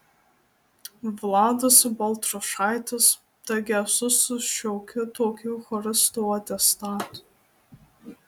vladas baltrušaitis taigi esu su šiokiu tokiu choristo atestatu